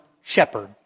shepherd